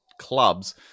clubs